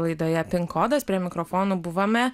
laidoje pin kodas prie mikrofonų buvome